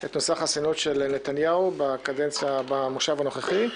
את נושא החסינות של נתניהו במושב הנוכחי.